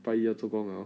拜一要做工了 orh